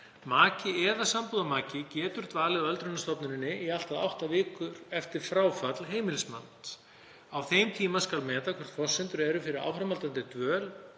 Maki eða sambúðarmaki getur dvalið á öldrunarstofnuninni í allt að átta vikur eftir fráfall heimilismanns. Á þeim tíma skal meta hvort forsendur eru fyrir áframhaldandi dvöl